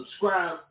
Subscribe